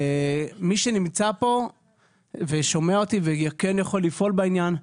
מי שנמצא פה ושומע אותי וכן יכול לפעול בעניין,